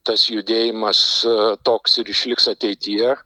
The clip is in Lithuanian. tas judėjimas toks ir išliks ateityje